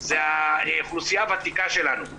היא האוכלוסייה הוותיקה שלנו.